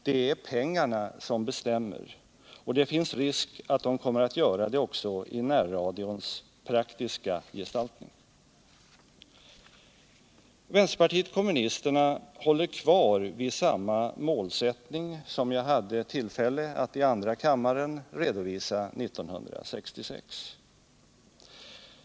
Det är pengarna som bestämmer, och det finns risk för att de kommer att göra det också i närradions praktiska gestaltning. Vänsterpartiet kommunisterna håller fast vid samma målsättning som jag hade tillfälle att i andra kammaren redovisa 1966.